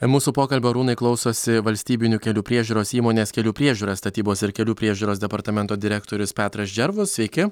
mūsų pokalbio arūnai klausosi valstybinių kelių priežiūros įmonės kelių priežiūra statybos ir kelių priežiūros departamento direktorius petras džervus sveiki